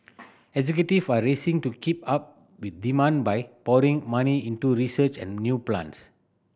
executive are racing to keep up with demand by pouring money into research and new plants